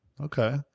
Okay